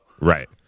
Right